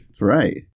Right